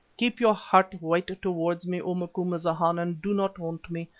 keep your heart white towards me, o macumazana, and do not haunt me,